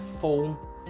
full